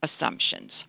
Assumptions